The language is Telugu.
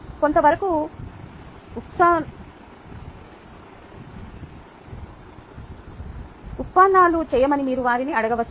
కొంతవరకు ఉత్పన్నాలు చేయమని మీరు వారిని అడగవచ్చు